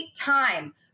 time